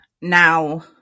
Now